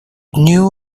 knew